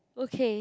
okay